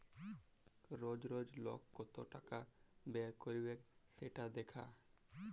রজ রজ লক কত টাকা ব্যয় ক্যইরবেক সেট দ্যাখা